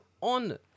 on